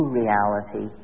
reality